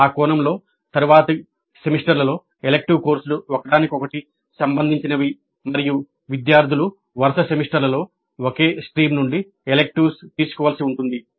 ఆ కోణంలో తరువాతి సెమిస్టర్లలో ఎలెక్టివ్ కోర్సులు ఒకదానికొకటి సంబంధించినవి మరియు విద్యార్థులు వరుస సెమిస్టర్లలో ఒకే స్ట్రీమ్ నుండి ఎలిక్టివ్స్ తీసుకోవలసి ఉంటుంది